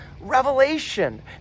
revelation